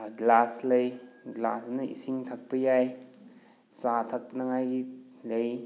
glass ꯂꯩ ꯒ꯭ꯂꯥꯁꯁꯤꯅ ꯏꯁꯤꯡ ꯊꯛꯄ ꯌꯥꯏ ꯆꯥ ꯊꯛꯅꯉꯥꯏꯒꯤ ꯂꯩ